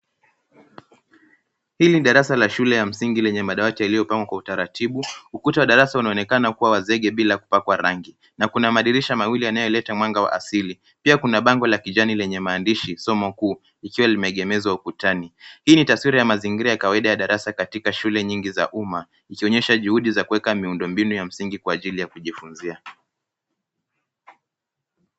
Hii ni darasa la shule ya msingi lenye madawati iliyo pangwa kwa utaratibu. Ukuta wa darasa una onekana kuwa wa zege bila kupakwa rangi na kuna madirisha mawili yanayo leta mwanga wa asili pia kuna bango ls kijani lenye maandishi Somo Kuu likiwa lime egemezwa ukutani. Hii ni taswira ya mazingira ya kawaida ya darasa katika shule nyingi za umma ikionyesha juhudi za kueka miundo mbinu ya msingi kwa ajili ya kujifunzia.